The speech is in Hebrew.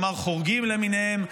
כלומר חורגים למיניהם,